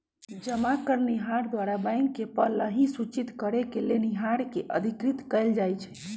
जमा करनिहार द्वारा बैंक के पहिलहि सूचित करेके लेनिहार के अधिकृत कएल जाइ छइ